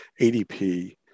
ADP